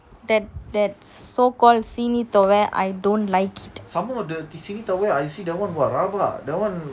that that's so called சீனிதாவை:seenithova I don't like it